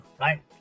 Right